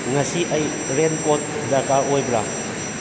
ꯉꯁꯤ ꯑꯩ ꯔꯦꯟꯀꯣꯗ ꯗꯔꯀꯥꯔ ꯑꯣꯏꯕ꯭ꯔꯥ